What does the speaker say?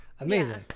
amazing